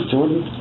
Jordan